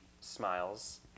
smiles